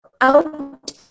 out